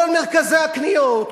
כל מרכזי הקניות,